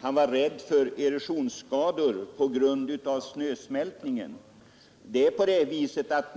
han är rädd för erosionsskador på grund av snösmältning.